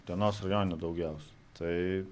utenos rajone daugiausiai tai